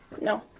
No